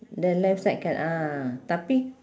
the left side can ah tapi